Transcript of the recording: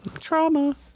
trauma